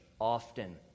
often